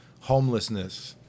homelessness